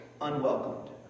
unwelcomed